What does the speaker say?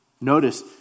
Notice